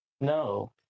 no